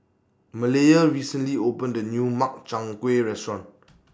Malaya recently opened A New Makchang Gui Restaurant